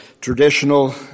traditional